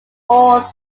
fourth